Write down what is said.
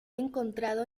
encontrado